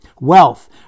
Wealth